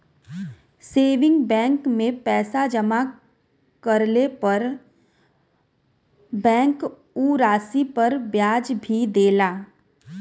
saving bank में पैसा जमा करले पर बैंक उ राशि पर ब्याज भी देला